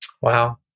Wow